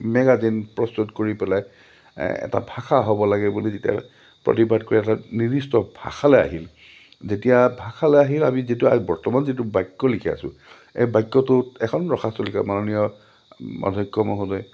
magazine প্ৰস্তুত কৰি পেলাই এটা ভাষা হ'ব লাগে বুলি যেতিয়া প্ৰতিবাদ কৰি এটা নিৰ্দিষ্ট ভাষালৈ আহিল যেতিয়া ভাষালৈ আহিল আমি যিটো বৰ্তমান যিটো বাক্য লিখি আছো এই বাক্যটোত এখন মাননীয় অধক্ষ মোহোদয়